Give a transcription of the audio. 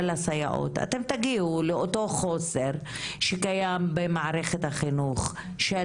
הסייעות אתם תגיעו לאותו החוסר שכבר קיים במערכת החינוך של